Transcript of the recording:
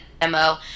demo